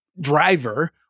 driver